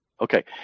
Okay